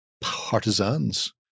partisans